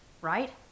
right